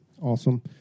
Awesome